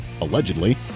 allegedly